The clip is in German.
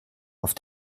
auf